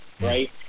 right